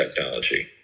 technology